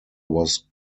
was